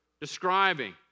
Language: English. describing